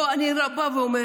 אני בא ואומר: